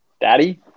Daddy